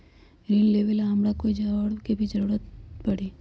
ऋन लेबेला हमरा कोई और के भी जरूरत परी?